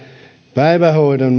päivähoidon